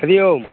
Hari Om